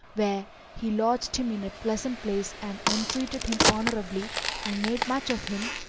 where he lodged him in a pleasant place and entreated him honourably and made much of him,